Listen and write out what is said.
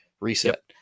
reset